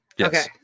Okay